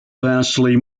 vastly